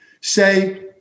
say